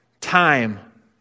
time